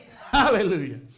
Hallelujah